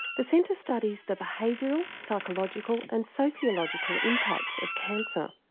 the centre studies the behavioural, psychological and sociological impacts of cancer.